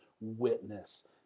witness